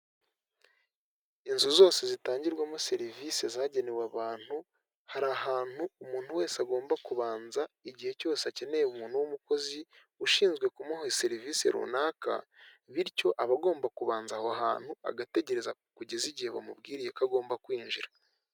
Inzu zose zitangirwamo serivisi zagenewe abantu, hari ahantu umuntu wese agomba kubanza igihe cyose akeneye umuntu w'umukozi ushinzwe kumuha serivisi runaka, bityo aba agomba kubanza aho hantu agategereza kugeza igihe bamubwiriye ko agomba kwinjira.